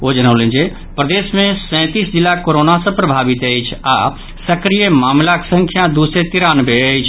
ओ जनौलनि जे प्रदेश मे सैंतीस जिला कोरोना सँ प्रभावित अछि आओर सक्रिय मामिलाक संख्या दू सय तिरानवे अछि